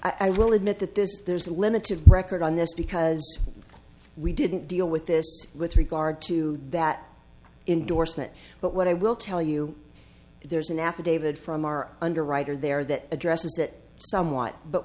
w i will admit that this there's a limit to record on this because we didn't deal with this with regard to that indorsement but what i will tell you there's an affidavit from our underwriter there that addresses that somewhat but